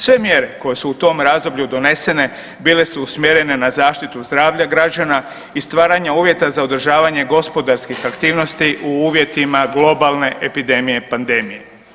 Sve mjere koje su u tom razdoblju donesene bile su usmjerene na zaštitu zdravlja građana i stvaranje uvjeta za održavanje gospodarskih aktivnosti u uvjetima globalne epidemije i pandemije.